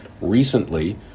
Recently